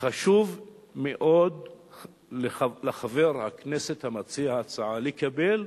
חשוב מאוד לחבר הכנסת המציע הצעה לקבל,